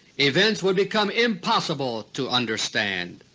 events would become impossible to understand.